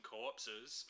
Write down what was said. Corpses